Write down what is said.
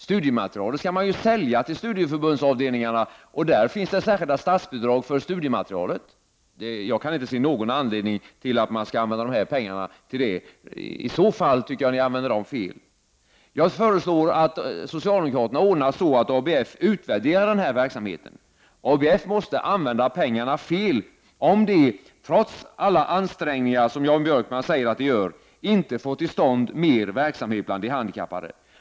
Studiematerialet skall man ju sälja till studieförbundsavdelningarna. Det finns särskilda statsbidrag för studiematerialet. Jag kan inte se någon anledning till att man skall använda de här pengarna till det. I så fall tycker jag ni använder dem fel. Jag föreslår att socialdemokraterna ordnar så att ABF utvärderar den här verksamheten. ABF måste använda pengarna fel om man, trots alla ansträngningar som Jan Björkman säger att man gör, inte får till stånd mer verksamhet bland de handikappade.